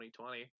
2020